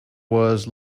was